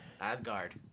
Asgard